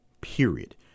period